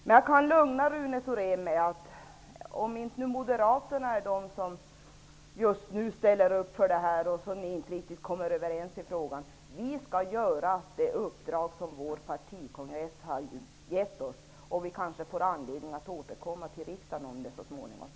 Men jag kan lugna Rune Thorén med att vi skall utföra det uppdrag som vår partikongress har gett oss, om inte moderaterna -- som ni inte riktigt kommer överens med i den här frågan -- ställer upp. Så småningom kanske vi får anledning att återkomma till riksdagen i denna fråga.